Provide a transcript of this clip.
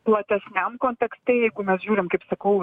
platesniam kontekste jeigu mes žiūrim kaip sakau